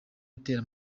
itera